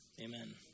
Amen